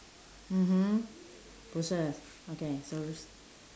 mmhmm bushes okay so